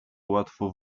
łatwo